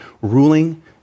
ruling